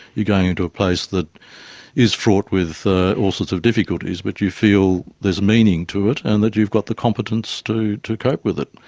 you're going into a place that is fraught with all sorts of difficulties but you feel there's meaning to it and that you've got the competence to to cope with it.